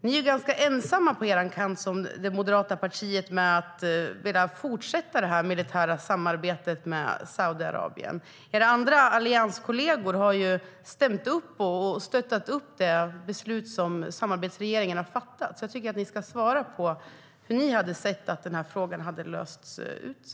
Ni i Moderaterna är ganska ensamma på er kant om att vilja fortsätta det militära samarbetet med Saudiarabien. Era allianskollegor har stämt upp och stöttat det beslut som samarbetsregeringen fattat. Jag tycker att ni ska svara på hur ni anser att frågan borde ha lösts.